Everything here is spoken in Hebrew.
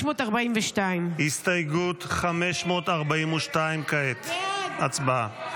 542. כעת הסתייגות 542. הצבעה.